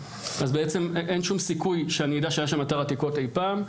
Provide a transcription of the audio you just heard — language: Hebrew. בעצם אין שום סיכוי שאני אדע שהיה שם אתר עתיקות אי פעם.